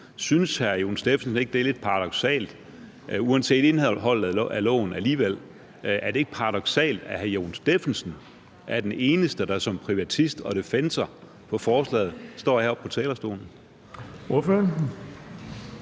Synes hr. Jon Stephensen ikke, at det, uanset indholdet af loven, er lidt paradoksalt, at hr. Jon Stephensen er den eneste, der som privatist og defensor af forslaget står deroppe på talerstolen?